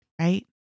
right